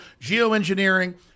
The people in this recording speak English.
geoengineering